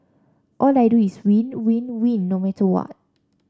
all I do is win win win no matter what